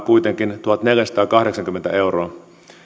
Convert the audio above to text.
kuitenkin tuhatneljäsataakahdeksankymmentä euroa